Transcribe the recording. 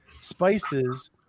spices